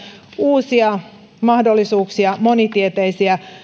uusia monitieteisiä